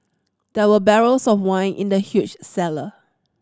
there were barrels of wine in the huge cellar